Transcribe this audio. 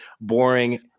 boring